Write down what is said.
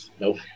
Nope